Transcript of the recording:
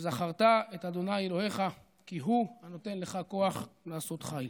"וזכרת את ה' אלהיך כי הוא הנֹּתן לך כֹּחַ לעשות חיל".